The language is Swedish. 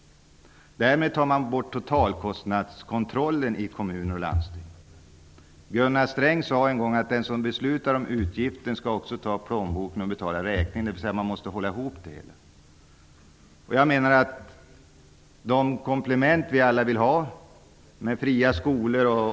Därmed tar man bort totalkostnadskontrollen i kommuner och landsting. Gunnar Sträng sade en gång att den som beslutar om utgiften också skall ta plånboken och betala räkningen. Man måste hålla ihop det hela. Vi vill alla ha komplement, t.ex. fria skolor.